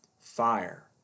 fire